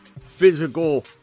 physical